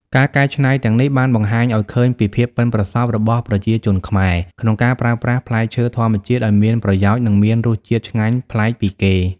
ការកែច្នៃទាំងនេះបានបង្ហាញឱ្យឃើញពីភាពប៉ិនប្រសប់របស់ប្រជាជនខ្មែរក្នុងការប្រើប្រាស់ផ្លែឈើធម្មជាតិឱ្យមានប្រយោជន៍ និងមានរសជាតិឆ្ងាញ់ប្លែកពីគេ។